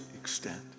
extent